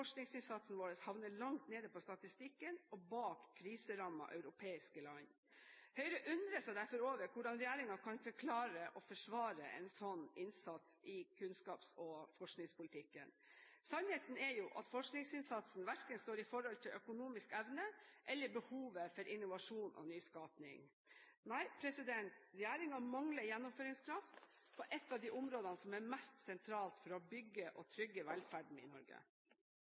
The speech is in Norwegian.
forskningsinnsatsen vår havner langt nede på statistikken og bak kriserammede europeiske land. Høyre undrer seg derfor over hvordan regjeringen kan forklare og forsvare en slik innsats i kunnskaps- og forskningspolitikken. Sannheten er jo at forskningsinnsatsen ikke står i forhold til verken økonomisk evne eller behovet for innovasjon og nyskaping. Nei, regjeringen mangler gjennomføringskraft på et av de områdene som er mest sentralt for å bygge og trygge velferden i Norge.